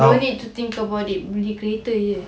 don't need to think about it beli kereta jer